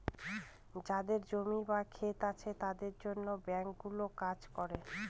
যাদের জমি বা ক্ষেত আছে তাদের জন্য ব্যাঙ্কগুলো কাজ করে